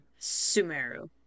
Sumeru